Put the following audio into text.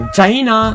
China